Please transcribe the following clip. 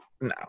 No